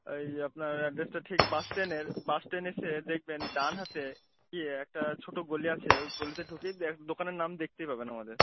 ওই আপনার অ্যাড্রেসটা ঠিক বাস স্ট্যান্ডের বাস স্ট্যান্ড এসে দেখবেন ডান হাতে গিয়ে একটা ছোট গলি আছে ওই গলিতে ঢুকেই এক দোকানের নাম দেখতেই পাবেন আমাদের